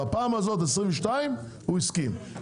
22' הסכים.